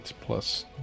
plus